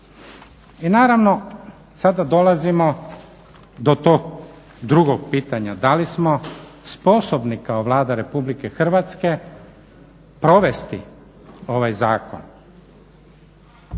I naravno sada dolazimo do tog drugog pitanja da li smo sposobni kao Vlada Republike Hrvatske provesti ovaj zakon.